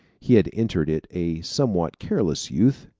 he had entered it a somewhat careless youth.